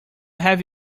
have